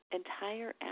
entire